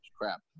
crap